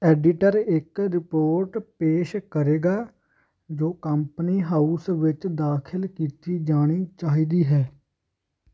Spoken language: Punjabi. ਆਡੀਟਰ ਇੱਕ ਰਿਪੋਰਟ ਪੇਸ਼ ਕਰੇਗਾ ਜੋ ਕੰਪਨੀ ਹਾਊਸ ਵਿੱਚ ਦਾਖਲ ਕੀਤੀ ਜਾਣੀ ਚਾਹੀਦੀ ਹੈ